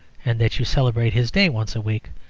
and that you celebrate his day once a week,